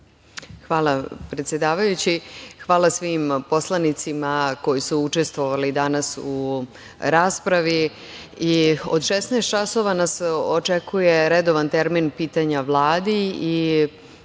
Hvala, predsedavajući, hvala svim poslanicima koji su učestvovali danas u raspravi. Od 16.00 časova nas očekuje redovan termin pitanja Vladi i